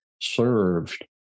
served